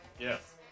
Yes